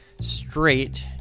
straight